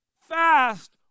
fast